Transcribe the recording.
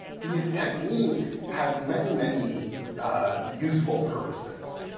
these techniques have many, many useful purposes.